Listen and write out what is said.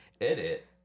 edit